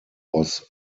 was